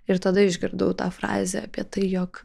ir tada išgirdau tą frazę apie tai jog